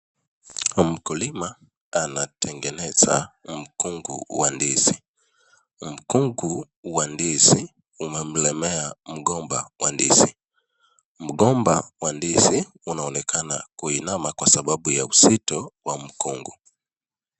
Mkulima anategeneza mkungu wa ndizi. Mkungu wa ndizi umemlemea mgomba wa ndizi. Mgomba wa ndizi unaonekana kuinama kwa sababu ya uzito wa mkungu.